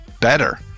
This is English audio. better